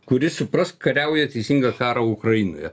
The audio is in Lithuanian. kuri suprask kariauja teisingą karą ukrainoje